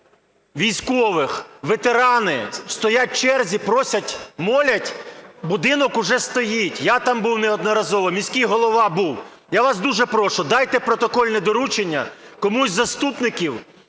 військових, ветерани стоять в черзі, просять, молять. Будинок уже стоїть, я там був неодноразово, міський голова був. Я вас дуже прошу: дайте протокольне доручення комусь із заступників